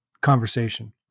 conversation